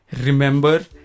remember